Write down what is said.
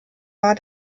war